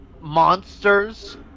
Monsters